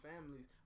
families